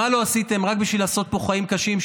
מה לא עשיתם רק בשביל לעשות פה חיים קשים,